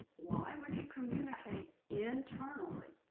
why would you communicate internally?